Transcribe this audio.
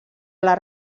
les